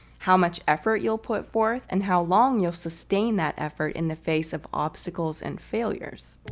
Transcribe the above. how much effort you'll put forth, and how long you'll sustain that effort in the face of obstacles and failures.